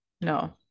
no